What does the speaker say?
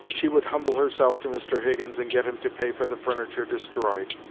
she would humble herself to mr. higgins and get him to pay for the furniture destroyed.